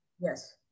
Yes